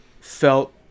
felt